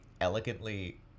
elegantly